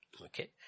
Okay